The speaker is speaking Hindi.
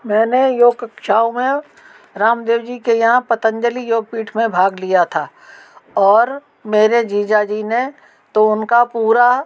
मैंने योग कक्षाओं में रामदेव जी के यहाँ पतंजलि योगपीठ मे भाग लिया था और मेरे जीजा जी ने तो उनका पूरा